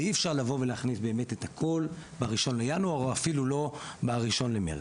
ואי אפשר לבוא ולהכניס באמת את הכל באחד בינואר או אפילו לא באחד במרץ.